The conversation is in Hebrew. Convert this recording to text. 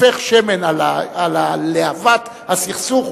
על להבת הסכסוך,